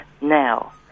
now